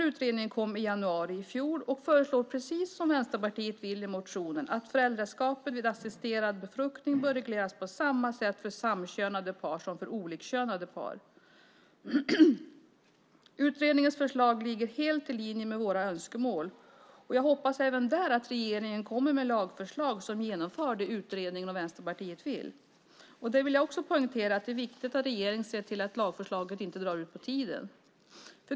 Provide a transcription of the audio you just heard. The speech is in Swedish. Utredningen kom i januari i fjol, och där föreslås, precis som Vänsterpartiet vill i motionen, att föräldraskap vid assisterad befruktning bör regleras på samma sätt för samkönade par som för olikkönade par. Utredningens förslag ligger helt i linje med våra önskemål. Jag hoppas även där att regeringen kommer att lägga fram lagförslag för att genomföra det utredningen och Vänsterpartiet vill. Det är viktigt att regeringen ser till att lagförslaget inte drar ut på tiden.